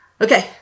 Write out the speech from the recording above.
Okay